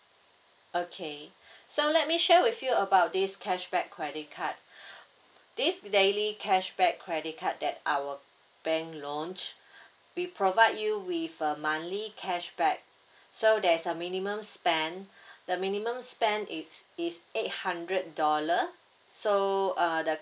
okay so let me share with you about this cashback credit card this daily cashback credit card that our bank launch we provide you with a monthly cashback so there's a minimum spend the minimum spend is is eight hundred dollar so uh the